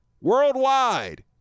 worldwide